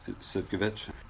Sivkovich